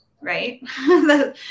right